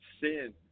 sin